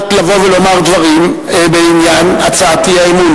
ולומר דברים בעניין הצעת האי-אמון.